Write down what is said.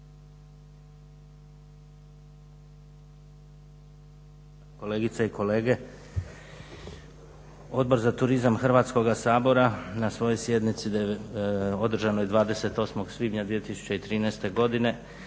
kolegice i kolege. Odbor za turizam Hrvatskoga sabora na svojoj sjednici održanoj 28. svibnja 2013. godine